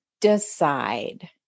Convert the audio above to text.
decide